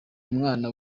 umwana